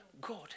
God